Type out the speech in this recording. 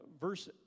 verse